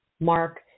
Mark